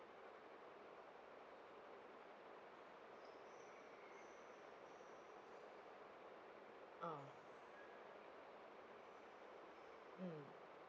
ah mm